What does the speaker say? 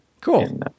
Cool